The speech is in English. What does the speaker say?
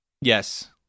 Yes